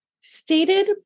stated